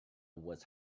was